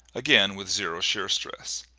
again with zero shear stress.